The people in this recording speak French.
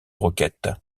roquette